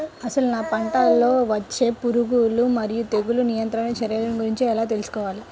అసలు నా పంటలో వచ్చే పురుగులు మరియు తెగులుల నియంత్రణ చర్యల గురించి ఎలా తెలుసుకోవాలి?